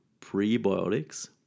Prebiotics